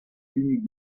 jimmy